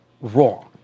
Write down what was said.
Wrong